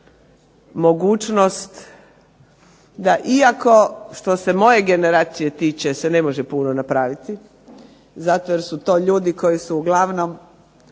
mogućnost da iako što se moje generacije tiče se ne može puno napraviti, zato jer su to ljudi koji su uglavnom